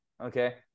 Okay